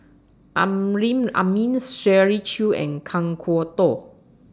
Amrin Amin Shirley Chew and Kan Kwok Toh